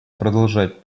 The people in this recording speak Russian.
продолжать